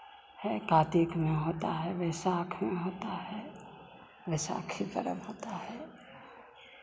है कार्तिक में होता है वैशाख में होता है वैशाखी पर्व होता है